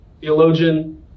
theologian